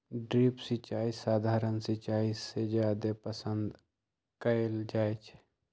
drip सिंचाई सधारण सिंचाई से जादे पसंद कएल जाई छई